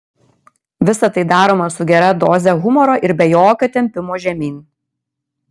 visa tai daroma su gera doze humoro ir be jokio tempimo žemyn